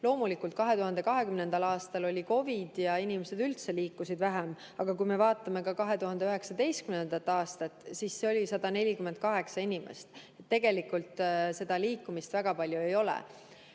Loomulikult, 2020. aastal oli COVID ja inimesed üldse liikusid vähem, aga kui me vaatame ka 2019. aastat, siis see oli 148 inimest. Tegelikult seda liikumist väga palju ei ole.